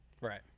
Right